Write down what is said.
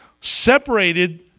separated